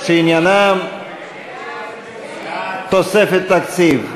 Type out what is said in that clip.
שעניינן תוספת תקציב.